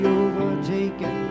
overtaken